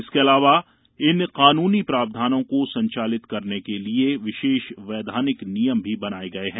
इसके अलावा इन कानूनी प्रावधानों को संचालित करने के लिए विशेष वैधानिक नियम भी बनाए गए हैं